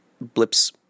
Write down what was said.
blips